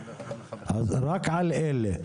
זה רק על אלה.